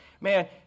man